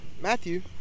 Matthew